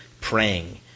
praying